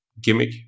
gimmick